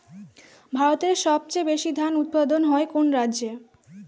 ভারতের সবচেয়ে বেশী ধান উৎপাদন হয় কোন রাজ্যে?